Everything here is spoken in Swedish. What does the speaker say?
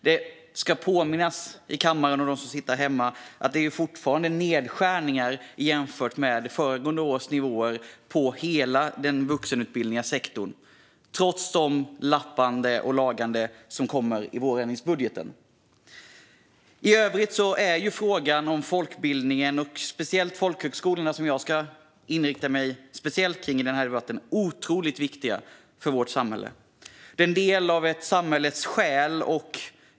Det ska påminnas om i kammaren och för dem som sitter där hemma att det fortfarande är nedskärningar jämfört med föregående års nivåer på hela sektorn för vuxenutbildning, trots det lappande och lagande som kommer i vårändringsbudgeten. I övrigt är frågan om folkbildningen och speciellt folkhögskolorna, som jag ska inrikta mig speciellt på i den här debatten, otroligt viktig för vårt samhälle. Det är en del av samhällets själ.